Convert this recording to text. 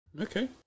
Okay